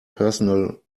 personal